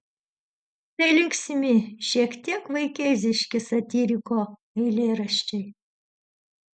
tai linksmi šiek tiek vaikėziški satyriko eilėraščiai